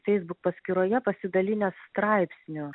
facebook paskyroje pasidalinęs straipsniu